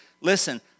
Listen